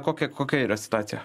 kokia kokia yra situacija